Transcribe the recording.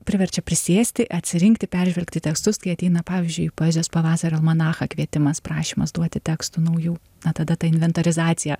priverčia prisėsti atsirinkti peržvelgti tekstus kai ateina pavyzdžiui į poezijos pavasario almanachą kvietimas prašymas duoti tekstų naujų na tada ta inventorizacija